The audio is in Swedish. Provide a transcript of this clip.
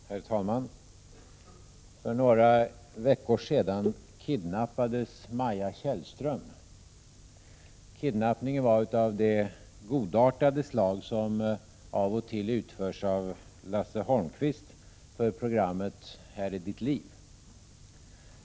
Herr talman! För några veckor sedan kidnappades Maja Tjällström. Kidnappningen var av det godartade slag som av och till utförs av Lasse Holmqvist för programmet Här är ditt liv.